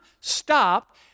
stop